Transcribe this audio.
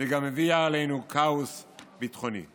וגם הביאה עלינו כאוס ביטחוני.